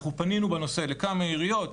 אנחנו פנינו בנושא לכמה עיריות,